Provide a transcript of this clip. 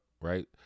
right